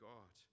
God